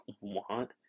want